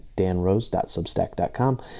danrose.substack.com